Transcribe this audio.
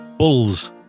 Bulls